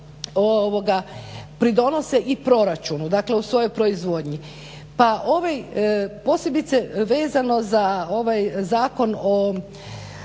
pridonose i proračunu u svojoj proizvodnji. Pa ovaj posebice vezano za ovaj Zakon o